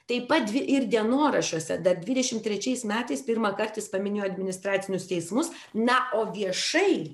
taip pat dvi ir dienoraščiuose dar dvidešim trečiais metais pirmąkart jis paminėjo administracinius teismus na o viešai